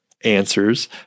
answers